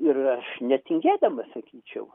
ir aš netingėdamas sakyčiau